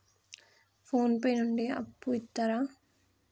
Phone pay నుండి అప్పు ఇత్తరా?